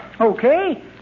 Okay